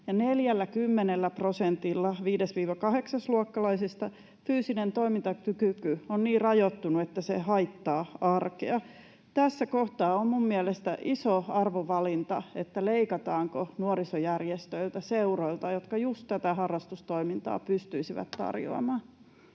40 prosentilla 5.—8.-luokkalaisista fyysinen toimintakyky on niin rajoittunut, että se haittaa arkea. Tässä kohtaa on minun mielestäni iso arvovalinta, leikataanko nuorisojärjestöiltä, seuroilta, jotka just tätä harrastustoimintaa pystyisivät tarjoamaan.